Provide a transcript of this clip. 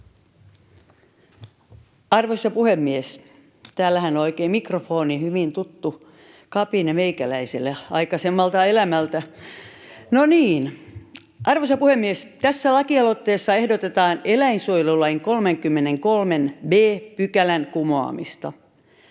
arvoisa puhemies! Tässä lakialoitteessa ehdotetaan eläinsuojelulain 33 b §:n kumoamista.